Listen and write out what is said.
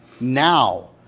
now